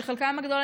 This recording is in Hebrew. שחלקם הגדול,